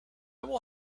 will